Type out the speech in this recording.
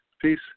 peace